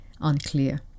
unclear